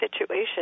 situation